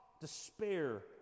despair